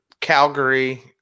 Calgary